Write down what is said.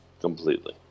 Completely